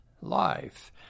life